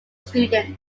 students